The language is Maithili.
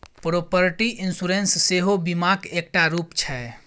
प्रोपर्टी इंश्योरेंस सेहो बीमाक एकटा रुप छै